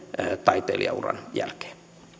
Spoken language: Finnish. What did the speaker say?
taiteilijauran jälkeen